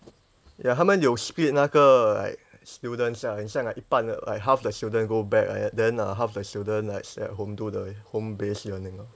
ya 他们有 split 那个 like students ah 很像 like 一半 like half the student go back like that then uh half the student like stay at home do the home based learning